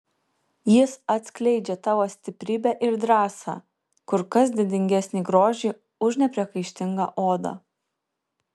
jis atskleidžia tavo stiprybę ir drąsą kur kas didingesnį grožį už nepriekaištingą odą